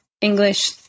English